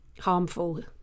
harmful